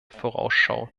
vorausschau